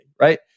right